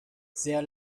sehr